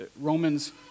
Romans